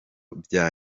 bya